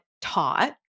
taught